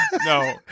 No